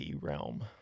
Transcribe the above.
realm